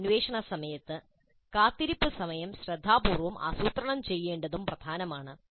ഈ അന്വേഷണ സമയത്ത് കാത്തിരിപ്പ് സമയം ശ്രദ്ധാപൂർവ്വം ആസൂത്രണം ചെയ്യേണ്ടതും പ്രധാനമാണ്